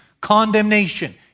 condemnation